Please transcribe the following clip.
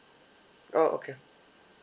oh okay